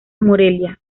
morelia